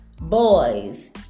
boys